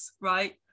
right